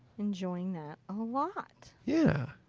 enjoying that a lot. yeah.